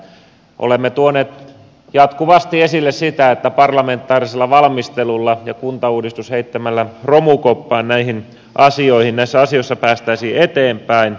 olemme tuoneet jatkuvasti esille sitä että parlamentaarisella valmistelulla ja heittämällä kuntauudistus romukoppaan näissä asioissa päästäisiin eteenpäin